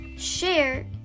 share